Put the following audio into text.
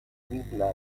villa